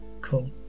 Cool